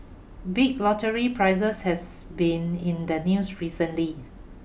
big lottery prizes has been in the news recently